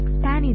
tan ಇದೆ